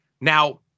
Now